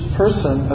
person